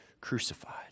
crucified